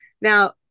Now